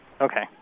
Okay